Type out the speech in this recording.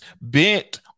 bent